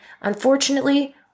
unfortunately